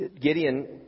Gideon